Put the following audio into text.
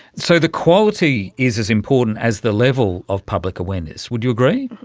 so the quality is as important as the level of public awareness, would you agree?